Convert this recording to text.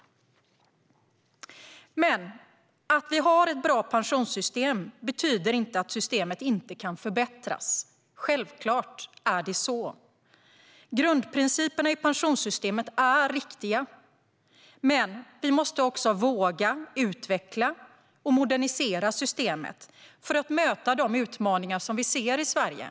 Att vi har ett bra pensionssystem betyder dock inte att systemet inte kan förbättras. Självklart är det så. Grundprinciperna i pensionssystemet är viktiga, men vi måste också våga utveckla och modernisera systemet för att möta de utmaningar vi ser i Sverige.